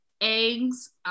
eggs